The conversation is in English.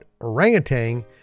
orangutan